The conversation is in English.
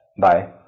bye